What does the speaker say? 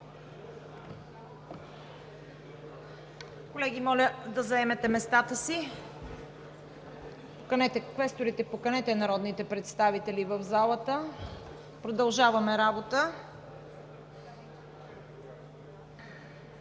Колеги, моля да заемете местата си! Квесторите, поканете народните представители в залата – продължаваме работа.